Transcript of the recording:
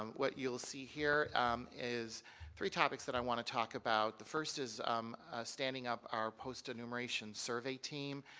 um what you will see here is three topics i want to talk about. the first is um standing up our post enumeration survey team.